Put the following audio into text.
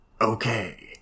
Okay